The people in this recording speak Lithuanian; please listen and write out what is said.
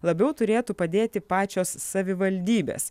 labiau turėtų padėti pačios savivaldybės